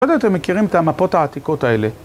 עוד יותר מכירים את המפות העתיקות האלה.